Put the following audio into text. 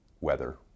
weather